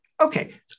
Okay